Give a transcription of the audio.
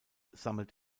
sammelt